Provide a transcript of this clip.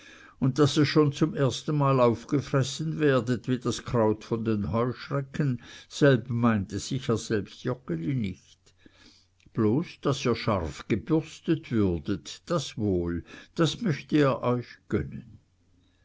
und daß ihr schon zum erstenmal aufgefressen werdet wie das kraut von den heuschrecken selb meinte sicher selbst joggeli nicht bloß daß ihr scharf gebürstet werdet das wohl das möchte er euch gönnen